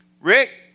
Rick